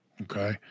okay